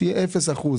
שיהיה אפס אחוז.